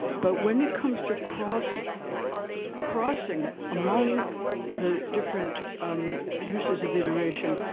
but when it comes to crossing crossing among the different um uses of iteration,